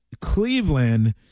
Cleveland